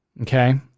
Okay